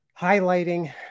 highlighting